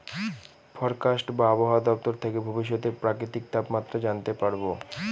forecast বা আবহাওয়া দপ্তর থেকে ভবিষ্যতের প্রাকৃতিক তাপমাত্রা জানতে পারবো